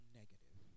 negative